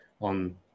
on